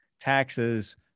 taxes